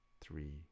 three